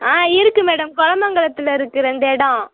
ஆ இருக்கு மேடம் கொலமங்கலத்தில் இருக்கு ரெண்டு இடம்